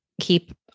keep